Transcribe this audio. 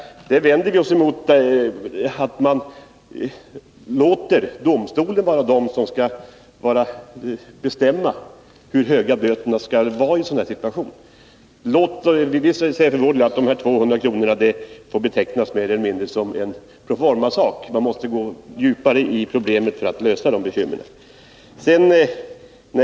Vi vänder oss emot att man låter domstolen bestämma hur höga böterna skall vara. Vi säger för vår del att ett bötesbelopp på 200 kr får betecknas som mer eller mindre en proformasak. Man måste gå djupare in i problemen för att lösa dem.